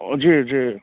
जी जी